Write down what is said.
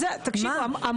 תקשיבו,